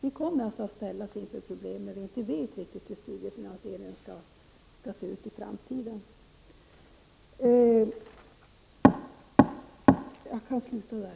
Vi kommer alltså att ställas inför problem i och med att vi inte riktigt vet hur studiefinansieringen ser ut i framtiden.